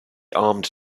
armed